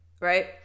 right